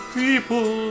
people